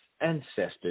ancestors